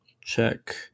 check